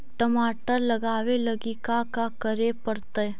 टमाटर लगावे लगी का का करये पड़तै?